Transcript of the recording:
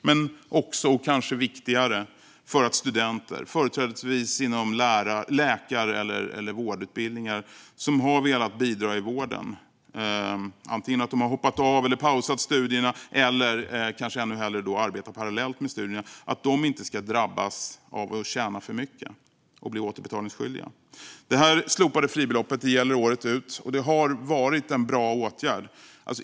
Det var också, och kanske viktigare, för att studenter, företrädesvis inom läkar och andra vårdutbildningar, som har velat bidra i vården och därför antingen hoppat av eller pausat studierna eller arbetat parallellt med studierna inte skulle drabbas av att tjäna för mycket och bli återbetalningsskyldiga. Det slopade fribeloppet gäller året ut. Det har varit en bra åtgärd.